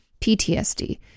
PTSD